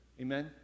Amen